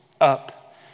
up